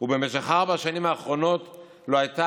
ובמשך ארבע השנים האחרונות לא הייתה